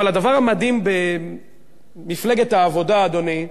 אבל הדבר המדהים במפלגת העבודה, אדוני,